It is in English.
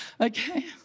Okay